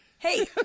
Hey